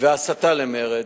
והסתה למרד.